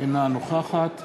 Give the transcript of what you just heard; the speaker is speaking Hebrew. אינה נוכחת